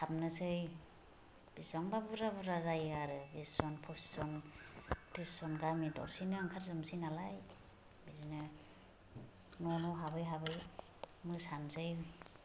हाबनोसै बेसेबांबा बुरजा बुरजा जायो आरो बिस जन पचिस जन थ्रिस जन गामि दर्सेनो ओंखारजोबनोसै नालाय बिदिनो न' न' हाबै हाबै मोसानोसै